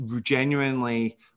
genuinely